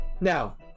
Now